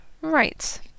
right